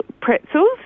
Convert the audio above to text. pretzels